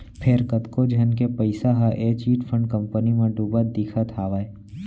फेर कतको झन के पइसा ह ए चिटफंड कंपनी म डुबत दिखत हावय